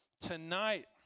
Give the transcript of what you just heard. tonight